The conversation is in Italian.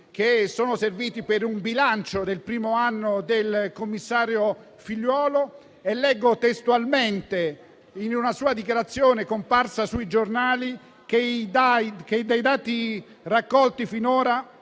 sono serviti per un bilancio del primo anno del commissario Figliuolo. Ho letto in una sua dichiarazione comparsa sui giornali che dai dati raccolti finora